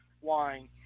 wine